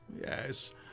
Yes